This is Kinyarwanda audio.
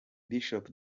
bishop